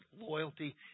loyalty